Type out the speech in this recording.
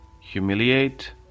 Humiliate